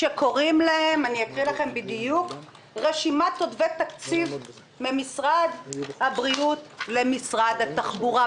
שקוראים להם רשימת עודפי תקציב ממשרד הבריאות למשרד התחבורה,